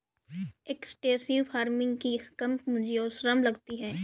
extensive farming में कम पूंजी और श्रम लगती है